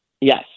yes